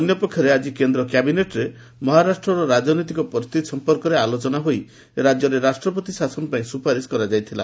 ଅନ୍ୟ ପକ୍ଷରେ ଆଜି କେନ୍ଦ୍ର କ୍ୟାବିନେଟ୍ରେ ମହାରାଷ୍ଟ୍ରର ରାଜନୈତିକ ପରିସ୍ଥିତି ସମ୍ପର୍କରେ ଆଲୋଚନା ହୋଇ ରାଜ୍ୟରେ ରାଷ୍ଟ୍ରପତି ଶାସନର ପାଇଁ ସୁପାରିଶ କରାଯାଇଥିଲା